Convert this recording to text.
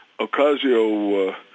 Ocasio